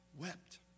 wept